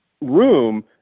room